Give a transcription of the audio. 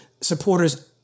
supporters